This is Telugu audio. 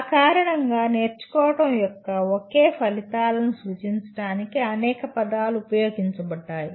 ఆ కారణంగా నేర్చుకోవడం యొక్క ఒకే ఫలితాలను సూచించడానికి అనేక పదాలు ఉపయోగించబడ్డాయి